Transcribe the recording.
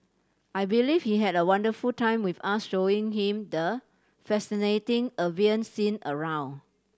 I believe he had a wonderful time with us showing him the fascinating avian scene around